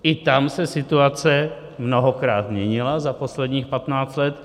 I tam se situace mnohokrát měnila za posledních 15 let.